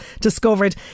discovered